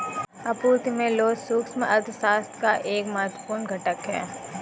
आपूर्ति में लोच सूक्ष्म अर्थशास्त्र का एक महत्वपूर्ण घटक है